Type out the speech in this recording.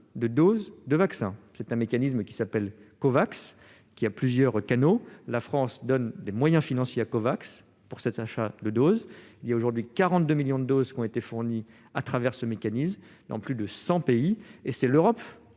de doses de vaccin. Ce mécanisme, qui s'appelle Covax, dispose de plusieurs canaux. La France alloue des moyens financiers à Covax pour cet achat de doses. Aujourd'hui, 42 millions de doses ont été fournies à travers ce mécanisme dans plus de 100 pays, et c'est l'Union